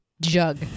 jug